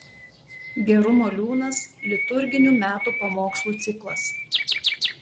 gerumo liūnas liturginių metų pamokslų ciklas